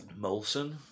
Molson